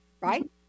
right